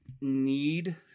need